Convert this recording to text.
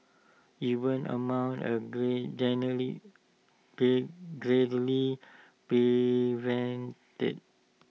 even amount are great great greatly prevented